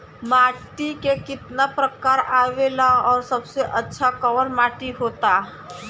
माटी के कितना प्रकार आवेला और सबसे अच्छा कवन माटी होता?